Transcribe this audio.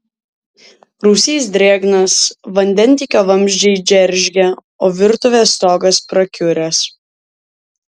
rūsys drėgnas vandentiekio vamzdžiai džeržgia o virtuvės stogas prakiuręs